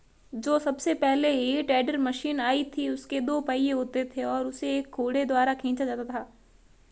जो सबसे पहले हे टेडर मशीन आई थी उसके दो पहिये होते थे और उसे एक घोड़े द्वारा खीचा जाता था